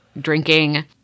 drinking